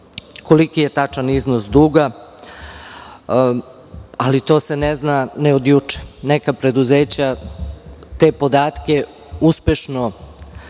koliki je tačan iznos duga, ali to se ne zna ne od juče. Neka preduzeća te podatke uspešno